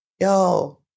yo